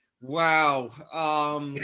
Wow